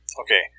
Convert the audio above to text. okay